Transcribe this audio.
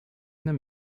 them